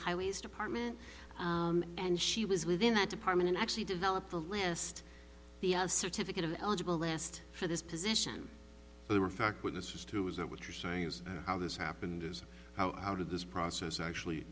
highways department and she was within that department and actually developed the list the certificate of eligible list for this position they were fact witnesses to is that what you're saying is how this happened is out of the the process actually